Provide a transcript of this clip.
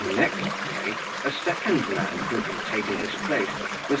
on the next day a second man, who had taken his place,